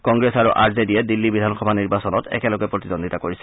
কংগ্ৰেছ আৰু আৰ জে ডিয়ে দিল্লী বিধান সভা নিৰ্বাচনত একেলগে প্ৰতিদ্বন্দ্বিতা কৰিছে